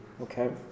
okay